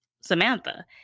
Samantha